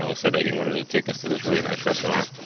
so said he wanted to take us to this really nice restaurant.